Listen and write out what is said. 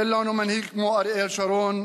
אין לנו מנהיג כמו אריאל שרון,